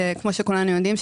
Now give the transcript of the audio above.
כמו שכולנו יודעים,